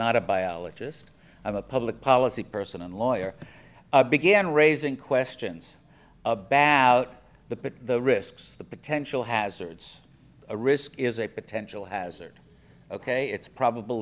not a biologist i'm a public policy person and lawyer began raising questions a bat out the risks the potential hazards a risk is a potential hazard ok it's probab